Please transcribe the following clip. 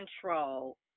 control